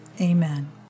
Amen